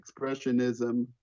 expressionism